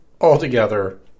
altogether